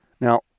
now